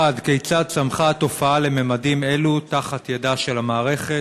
1. כיצד צמחה התופעה לממדים אלו תחת ידה של המערכת?